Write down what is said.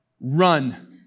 run